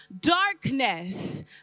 darkness